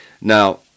Now